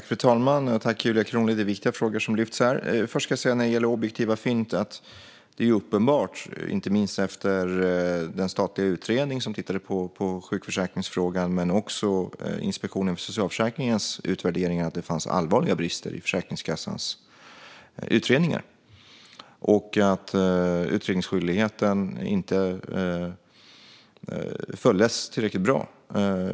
Fru talman! Det är viktiga frågor som Julia Kronlid lyfter fram här. Först ska jag när det gäller objektiva fynd säga att det är uppenbart, inte minst efter den statliga utredning som tittade på sjukförsäkringsfrågan och utvärderingen från Inspektionen för socialförsäkringen, att det fanns allvarliga brister i Försäkringskassans utredningar och att utredningsskyldigheten inte följdes tillräckligt bra.